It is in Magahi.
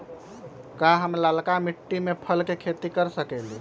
का हम लालका मिट्टी में फल के खेती कर सकेली?